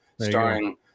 starring